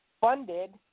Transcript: funded